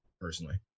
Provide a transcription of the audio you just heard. Personally